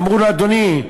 אמרו לו: אדוני,